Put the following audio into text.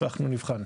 אנחנו נבחן.